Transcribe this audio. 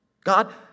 God